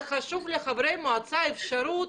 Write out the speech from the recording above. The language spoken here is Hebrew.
זה חשוב לחברי המועצה שתהיה להם אפשרות